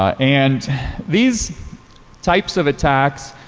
and these types of attacks,